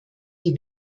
die